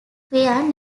where